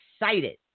excited